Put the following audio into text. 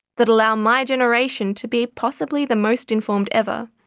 that allow my generation to be possibly the most informed ever,